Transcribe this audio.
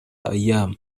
أيام